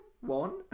one